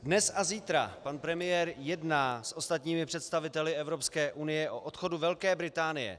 Dnes a zítra pan premiér jedná s ostatními představiteli Evropské unie o odchodu Velké Británie.